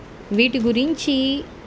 వీటి గురించి